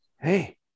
hey